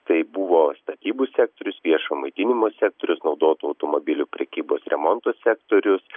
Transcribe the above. tai buvo statybų sektorius viešo maitinimo sektorius naudotų automobilių prekybos remonto sektorius